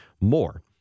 more